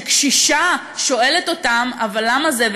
שקשישה שואלת אותם: אבל למה זה?